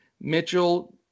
Mitchell